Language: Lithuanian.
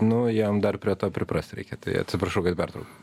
nu jam dar prie to priprasti reikia tai atsiprašau kad pertraukiau